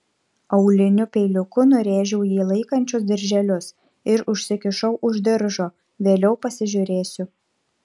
auliniu peiliuku nurėžiau jį laikančius dirželius ir užsikišau už diržo vėliau pasižiūrėsiu